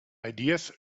ideas